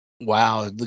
Wow